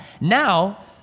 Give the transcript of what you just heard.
Now